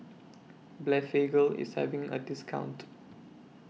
Blephagel IS having A discount